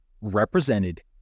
represented